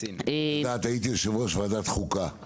את יודעת, הייתי יושב-ראש ועדת החוקה.